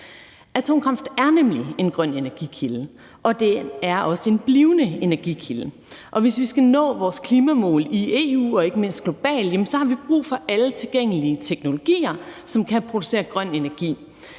Atomkraft er nemlig en grøn energikilde, og det er også en blivende energikilde, og hvis vi skal nå vores klimamål i EU og ikke mindst globalt, har vi brug for alle tilgængelige teknologier, som kan producere grøn energi.